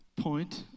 point